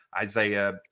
Isaiah